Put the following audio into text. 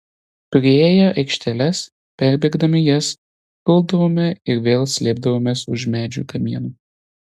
priėję aikšteles perbėgdami jas guldavome ir vėl slėpdavomės už medžių kamienų